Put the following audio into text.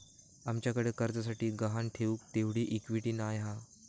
आमच्याकडे कर्जासाठी गहाण ठेऊक तेवढी इक्विटी नाय हा